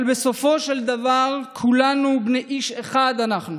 אבל בסופו של דבר כולנו בני איש אחד אנחנו.